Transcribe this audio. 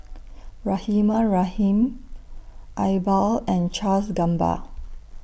Rahimah Rahim Iqbal and Charles Gamba